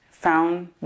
found